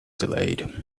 delayed